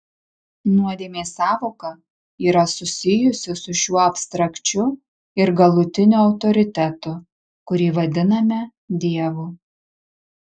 nuodėmės sąvoka yra susijusi su šiuo abstrakčiu ir galutiniu autoritetu kurį vadiname dievu